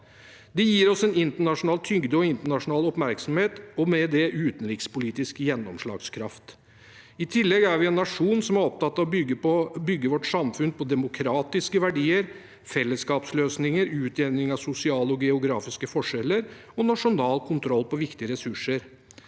Det gir oss en internasjonal tyngde og internasjonal oppmerksomhet og med det utenrikspolitisk gjennomslagskraft. I tillegg er vi en nasjon som er opptatt av å bygge vårt samfunn på demokratiske verdier, fellesskapsløsninger, utjevning av sosiale og geografiske forskjeller og nasjonal kontroll over viktige ressurser.